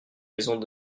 maisons